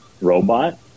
robot